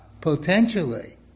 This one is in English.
potentially